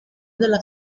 della